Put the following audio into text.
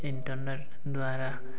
internet ଦ୍ୱାରା